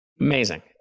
Amazing